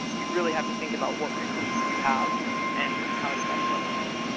you really have to think about what resources you have and how to best leverage them.